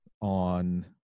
on